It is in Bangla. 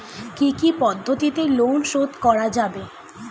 কি কি পদ্ধতিতে লোন শোধ করা যাবে?